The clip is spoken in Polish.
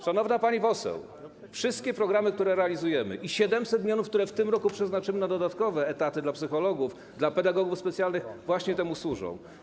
Szanowna pani poseł, wszystkie programy, które realizujemy, i 700 mln, które w tym roku przeznaczymy na dodatkowe etaty dla psychologów, dla pedagogów specjalnych, właśnie temu służą.